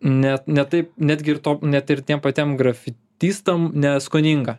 ne ne taip netgi ir to net ir tiem patiem grafitistam neskoninga